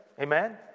Amen